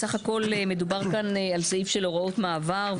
בסך הכל, מדובר כאן על סעיף של הוראות מעבר.